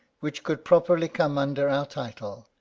which could properly come under our title,